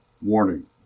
Warning